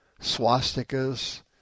swastikas